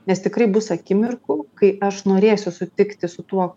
nes tikrai bus akimirkų kai aš norėsiu sutikti su tuo